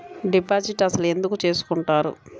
Deposit అసలు ఎందుకు చేసుకుంటారు?